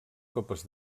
copes